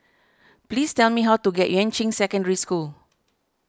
please tell me how to get Yuan Ching Secondary School